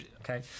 okay